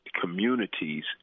communities